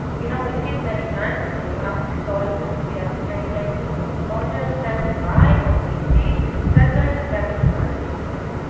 you know, we see it many times. when you ask soldiers, we have many cases of soldiers standing by when they see settlers attacking palestinians.